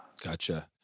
Gotcha